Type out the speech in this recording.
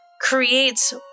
creates